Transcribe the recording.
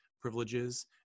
privileges